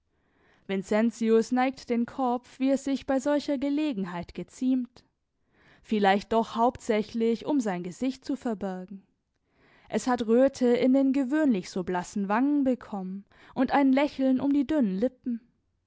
vincentius neigt den kopf wie es sich bei solcher gelegenheit geziemt vielleicht doch hauptsächlich um sein gesicht zu verbergen es hat röte in den gewöhnlich so blassen wangen bekommen und ein lächeln um die dünnen lippen